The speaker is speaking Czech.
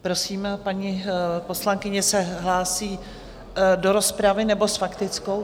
Prosím, paní poslankyně se hlásí do rozpravy nebo s faktickou?